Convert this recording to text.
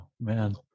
man